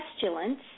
pestilence